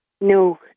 No